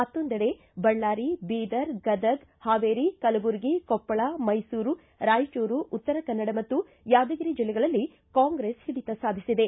ಮತ್ತೊಂದೆಡೆ ಬಳ್ಳಾರಿ ಬೀದರ್ ಗದಗ್ ಹಾವೇರಿ ಕಲಬುರಗಿ ಕೊಪ್ಪಳ ಮೈಸೂರು ರಾಯಚೂರು ಉತ್ತರ ಕನ್ನಡ ಮತ್ತು ಯಾದಗಿರಿ ಜಿಲ್ಲೆಗಳಲ್ಲಿ ಕಾಂಗ್ರೆಸ್ ಹಿಡಿತ ಸಾಧಿಸಿದೆ